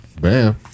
Bam